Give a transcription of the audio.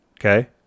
Okay